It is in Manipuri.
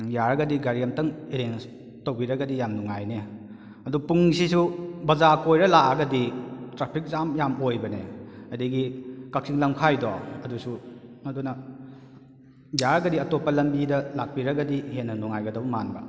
ꯌꯥꯔꯒꯗꯤ ꯒꯥꯔꯤ ꯑꯝꯇꯪ ꯑꯦꯔꯦꯟꯖ ꯇꯧꯕꯤꯔꯒꯗꯤ ꯌꯥꯝ ꯅꯨꯡꯉꯥꯏꯅꯤ ꯑꯗꯨ ꯄꯨꯡꯁꯤꯁꯨ ꯕꯖꯥꯔ ꯀꯣꯏꯔ ꯂꯥꯛꯑꯒꯗꯤ ꯇ꯭ꯔꯥꯐꯤꯛ ꯖꯥꯝ ꯌꯥꯝ ꯑꯣꯏꯕꯅꯦ ꯑꯗꯒꯤ ꯀꯛꯆꯤꯡ ꯂꯝꯈꯥꯏꯗꯣ ꯑꯗꯨꯁꯨ ꯑꯗꯨꯅ ꯌꯥꯔꯒꯗꯤ ꯑꯇꯣꯞꯄ ꯂꯝꯕꯤꯗ ꯂꯥꯛꯄꯤꯔꯒꯗꯤ ꯍꯦꯟꯅ ꯅꯨꯡꯉꯥꯏꯒꯗꯕ ꯃꯥꯟꯕ